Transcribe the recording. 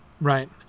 Right